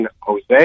Jose